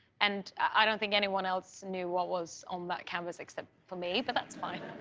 and i don't think anyone else knew what was on that canvas except for me. but that's fine.